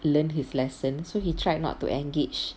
learn his lesson so he tried not to engage